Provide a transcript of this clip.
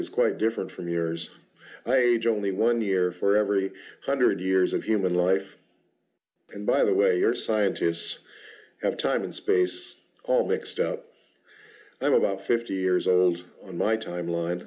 is quite different from yours i only one year for every hundred years of human life and by the way our scientists have time and space all mixed up i'm about fifty years old on my timeline